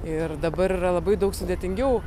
ir dabar yra labai daug sudėtingiau